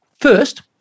first